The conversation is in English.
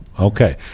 Okay